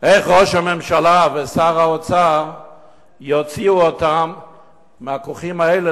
איך ראש הממשלה ושר האוצר יוציאו אותם מהכוכים האלה,